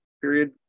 period